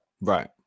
Right